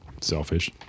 Selfish